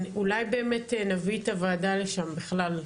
אולי באמת נביא את הוועדה לשם לסיור.